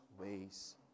ways